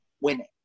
winning